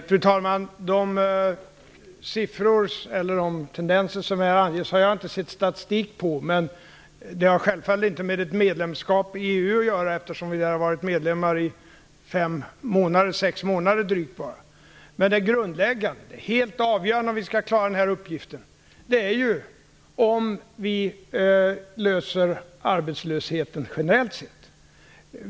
Fru talman! De tendenser som här anges har jag inte sett statistik på. Men de har självfallet inte med ett medlemskap i EU att göra, eftersom vi endast har varit medlemmar i drygt sex månader. Det grundläggande, det helt avgörande om vi skall klara den här uppgiften, är om vi löser problemet med arbetslösheten generellt sett.